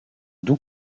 doux